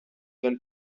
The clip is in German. wenn